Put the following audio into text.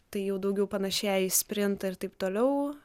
tai jau daugiau panašėja į sprintą ir taip toliau